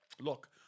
look